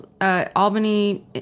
Albany